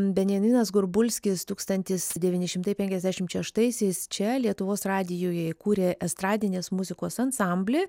benjaminas gorbulskis tūkstantis devyni šimtai penkiasdešimt šeštaisiais čia lietuvos radijuje įkūrė estradinės muzikos ansamblį